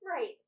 Right